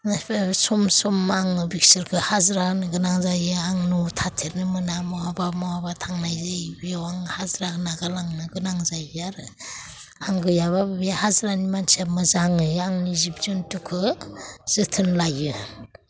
इनिफ्राय आरो सम सम आङो बिसोरखो हाजिरा होनोगोनां जायो आं न'आव थाथेरनो मोना महाबा महाबा थांनाय जायो बेयाव आं हाजिरा नागारलांनो गोनां जायो आरो आं गैयाब्ला बे हाजिरानि मानसिया मोजाङै आंनि जिब जुन्थुखो जोथोन लायो